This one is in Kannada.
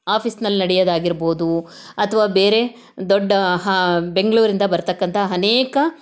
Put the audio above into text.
ಆಫೀಸ್ನಲ್ಲಿ ನಡೆಯೋದಾಗಿರ್ಬೋದು ಅಥವಾ ಬೇರೆ ದೊಡ್ಡ ಹಾ ಬೆಂಗಳೂರಿಂದ ಬರತಕ್ಕಂಥ ಅನೇಕ